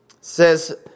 says